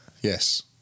Yes